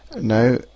Now